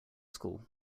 school